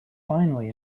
finally